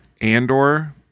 Andor